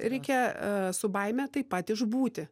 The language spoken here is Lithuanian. reikia su baime taip pat išbūti